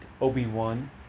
Obi-Wan